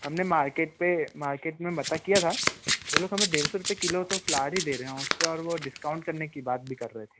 हमने मार्केट पे मार्केट में पता किया था वो लोग हमें डेढ़ सौ रुपए किलो तो फ़्लार ही दे रहें वो उसपे और वो डिस्काउंट करने की बात भी कर रहे थे